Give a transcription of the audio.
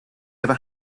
ever